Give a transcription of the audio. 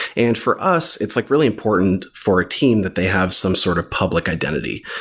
and for us, it's like really important for a team that they have some sort of public identity.